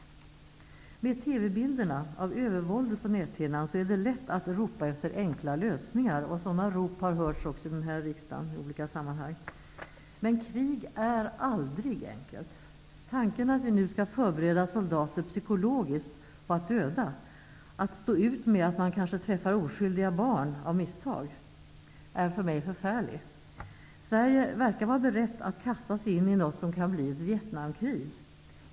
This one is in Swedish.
Med TV-bilderna av övervåldet på näthinnan är det lätt att ropa efter enkla lösningar. Sådana rop har hörts också i riksdagen i olika sammanhang. Men krig är aldrig enkelt. Tanken att vi nu skall förbereda soldater psykologiskt på att döda, att stå ut med att man kanske träffar oskyldiga barn av misstag är för mig förfärlig. Sverige verkar vara berett att kasta sig in i något som kan bli ett Vietnamkrig.